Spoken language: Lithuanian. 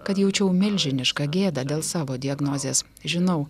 kad jaučiau milžinišką gėdą dėl savo diagnozės žinau